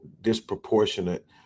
disproportionate